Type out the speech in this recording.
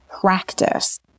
practice